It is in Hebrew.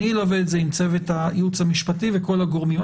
אני אלווה את זה עם צוות הייעוץ המשפטי וכל הגורמים.